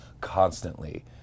constantly